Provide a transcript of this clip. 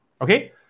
Okay